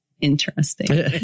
interesting